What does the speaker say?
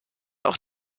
auch